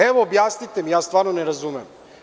Evo, objasnite mi, ja stvarno ne razumem.